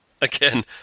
Again